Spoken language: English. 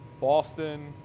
Boston